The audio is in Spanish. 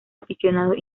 aficionados